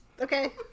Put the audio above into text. Okay